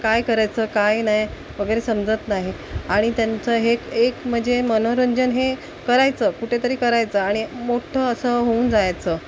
काय करायचं काय नाही वगैरे समजत नाही आणि त्यांचं हे एक म्हणजे मनोरंजन हे करायचं कुठेतरी करायचं आणि मोठं असं होऊन जायचं